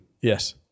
Yes